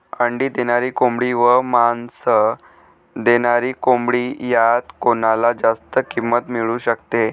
अंडी देणारी कोंबडी व मांस देणारी कोंबडी यात कोणाला जास्त किंमत मिळू शकते?